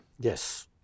Yes